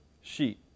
sheet